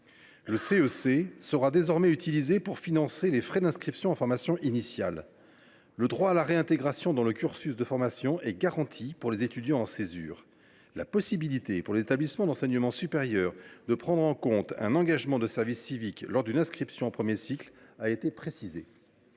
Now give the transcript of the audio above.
Le CEC sera désormais utilisé pour financer les frais d’inscription en formation initiale. Le droit à la réintégration dans le cursus de formation est garanti pour les étudiants en césure. La possibilité pour les établissements d’enseignement supérieur de prendre en compte un engagement de service civique lors d’une inscription en premier cycle a été précisée.